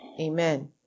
amen